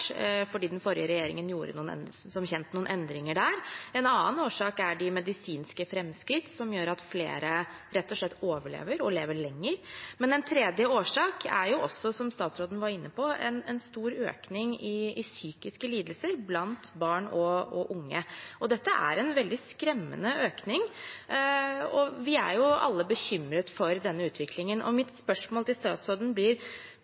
fordi den forrige regjeringen som kjent gjorde noen endringer der. En annen årsak er de medisinske framskrittene, som gjør at flere rett og slett overlever og lever lenger. Men en tredje årsak er jo, som statsråden var inne på, en stor økning i psykiske lidelser blant barn og unge. Dette er en veldig skremmende økning, og vi er alle bekymret for denne utviklingen. Mitt spørsmål til statsråden blir: